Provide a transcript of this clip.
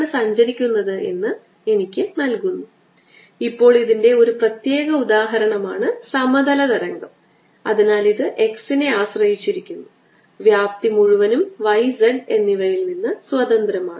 charge enclosed ഷെല്ലിന്റെ വോളിയമായിരിക്കും 4 pi R ചതുരശ്ര തവണ rho r എപ്സിലോൺ 0 കൊണ്ട് ഹരിക്കുന്നു